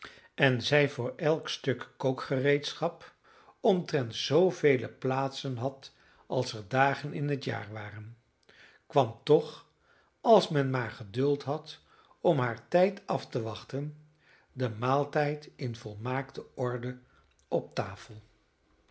en zij voor elk stuk kookgereedschap omtrent zoovele plaatsen had als er dagen in het jaar waren kwam toch als men maar geduld had om haar tijd af te wachten de maaltijd in volmaakte orde op de tafel